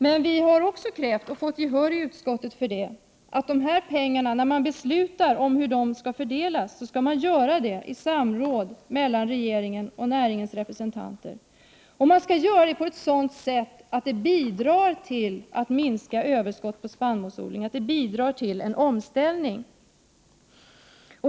Men vi har också krävt, och fått gehör för det i utskottet, att när man beslutar om hur dessa pengar skall fördelas skall det göras i samråd med regeringen och näringens representanter. Det skall göras på sådant sätt att det bidrar till att minska överskottet på spannmål, att det bidrar till en omställning.